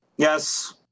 Yes